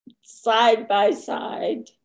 side-by-side